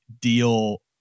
deal